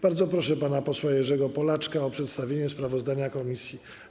Bardzo proszę pana posła Jerzego Polaczka o przedstawienie sprawozdania komisji.